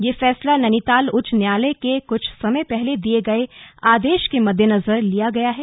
यह फैसला नैनीताल उच्च न्यायालय के कुछ समय पहले दिये गए आदेश के मद्देनजर लिया गया है